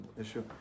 Issue